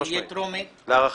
שתהיה טרומית.